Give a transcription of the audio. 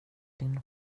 din